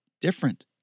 different